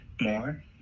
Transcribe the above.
more